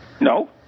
No